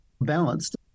balanced